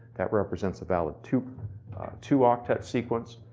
that represents a valid two two octet sequence.